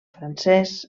francés